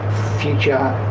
future,